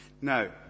Now